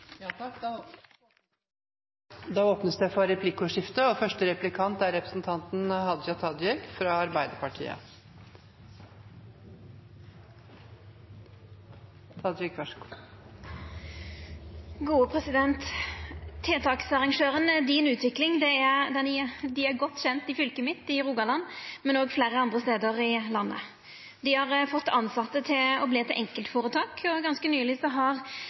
Det blir replikkordskifte. Tiltaksarrangørane Din Utvikling er godt kjende i fylket mitt, i Rogaland, men òg fleire andre stader i landet. Dei har fått tilsette til å oppretta enkeltmannsføretak, og ganske nyleg har